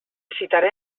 citaré